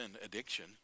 addiction